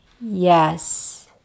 Yes